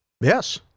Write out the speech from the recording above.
Yes